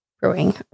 Brewing